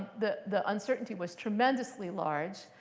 the the uncertainty was tremendously large.